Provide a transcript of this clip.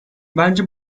bence